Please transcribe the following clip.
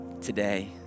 today